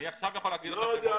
אני יכול לתת לך עכשיו.